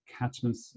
catchments